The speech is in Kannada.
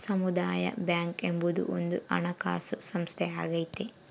ಸಮುದಾಯ ಬ್ಯಾಂಕ್ ಎಂಬುದು ಒಂದು ಹಣಕಾಸು ಸಂಸ್ಥೆಯಾಗೈತೆ